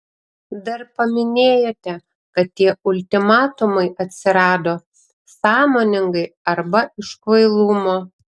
dar paminėjote kad tie ultimatumai atsirado sąmoningai arba iš kvailumo